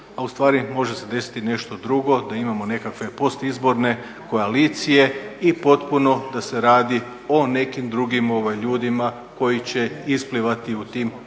a u stvari može se desiti nešto drugo, da imamo nekakve postizborne koalicije i potpuno da se radi o nekim drugim ljudima koji će isplivati u tim postizbornim